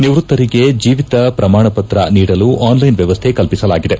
ನಿವೃತ್ತರಿಗೆ ಜೀವಿತ ಪ್ರಮಾಣ ಪತ್ರ ನೀಡಲು ಆನ್ಲೈನ್ ವ್ಯವಸ್ಟೆ ಕಲ್ಪಿಸಲಾಗಿದೆ